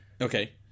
okay